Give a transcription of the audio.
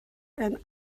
and